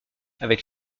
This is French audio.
avec